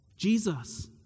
Jesus